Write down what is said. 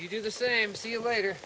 you do the same see you later